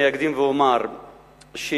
אני אקדים ואומר שאין,